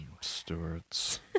Stewart's